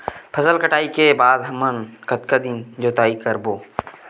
फसल कटाई के बाद हमन कतका दिन जोताई करबो?